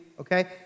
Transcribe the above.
okay